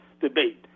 debate